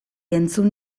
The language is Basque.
entzun